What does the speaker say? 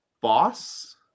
boss